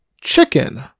chicken